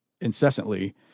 incessantly